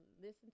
listen